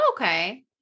Okay